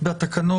בתקנות?